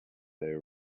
they